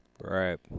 Right